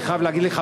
אני חייב להגיד לך,